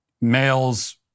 males